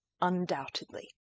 Undoubtedly